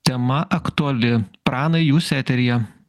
tema aktuali pranai jūs eteryje